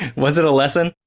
was it a lesson?